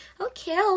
Okay